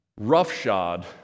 roughshod